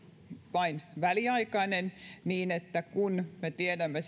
vain väliaikainen niin että kun me tiedämme